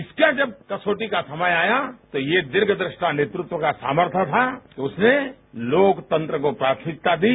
इसका जब कसौटी का समय आया तो यह दीर्घ द्रष्टा नेतृत्व का सामर्थय था कि उसने लोकतंत्र को प्राथमिकता दी